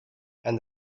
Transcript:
and